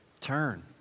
Turn